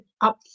up